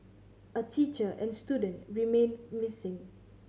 a teacher and student remain missing